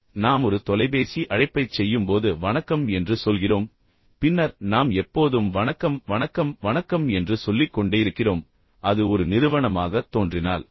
எனவே பொதுவாக நாம் ஒரு தொலைபேசி அழைப்பைச் செய்யும்போது வணக்கம் என்று சொல்கிறோம் பின்னர் நாம் எப்போதும் வணக்கம் வணக்கம் வணக்கம் என்று சொல்லிக்கொண்டே இருக்கிறோம் ஆனால் அது ஒரு நிறுவனமாகத் தோன்றினால்